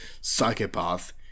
psychopath